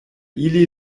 ili